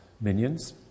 minions